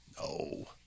no